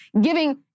giving